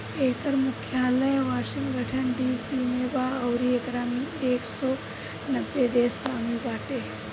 एकर मुख्यालय Washington DC में बा अउरी एकरा में एक सौ नब्बे देश शामिल बाटे